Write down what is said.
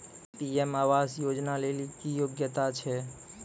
PM आवास योजना लेली की योग्यता छै?